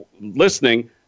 listening